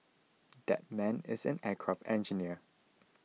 that man is an aircraft engineer